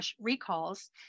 recalls